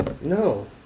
No